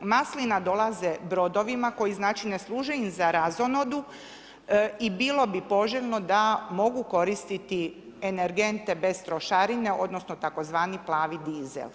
maslina dolaze brodovima koji znači ne služe im za razonodu i bilo bi poželjno da mogu koristiti energente bez trošarina, odnosno tzv. plavi dizel.